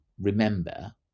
remember